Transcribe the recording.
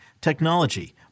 technology